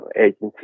agency